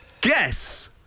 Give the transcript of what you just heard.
guess